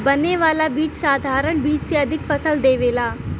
बने वाला बीज साधारण बीज से अधिका फसल देवेला